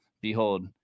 behold